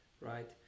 right